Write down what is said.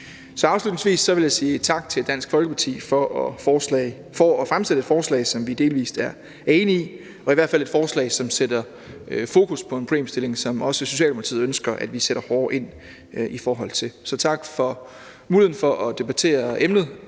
Så afslutningsvis vil jeg sige tak til Dansk Folkeparti for at fremsætte et forslag, som vi delvis er enige i, og i hvert fald et forslag, som sætter fokus på en problemstilling, som også Socialdemokratiet ønsker at vi sætter hårdere ind i forhold til. Så tak for muligheden for at debattere emnet,